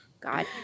God